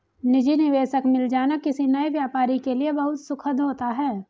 निजी निवेशक मिल जाना किसी नए व्यापारी के लिए बहुत सुखद होता है